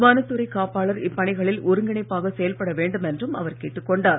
வனத்துறை காப்பாளர் இப்பணிகளில் ஒருங்கிணைப்பாக செயல்பட வேண்டும் என்றும் அவர் கேட்டுக் கொண்டார்